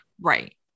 Right